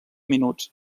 minuts